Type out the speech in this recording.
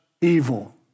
evil